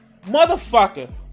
motherfucker